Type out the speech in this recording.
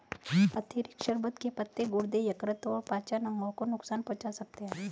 अतिरिक्त शर्बत के पत्ते गुर्दे, यकृत और पाचन अंगों को नुकसान पहुंचा सकते हैं